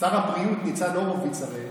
שר הבריאות ניצן הורוביץ הרי,